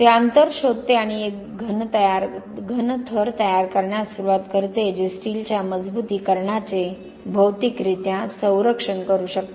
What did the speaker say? ते अंतर शोधते आणि ते एक घन थर तयार करण्यास सुरवात करते जे स्टीलच्या मजबुतीकरणाचे भौतिकरित्या संरक्षण करू शकते